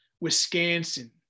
Wisconsin